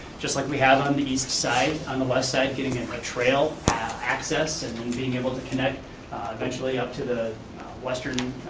just like we have on the east side, on the west side, giving it a trail access and and being able to connect eventually up to the western